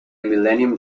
millennium